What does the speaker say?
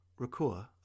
Rakua